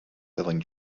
selling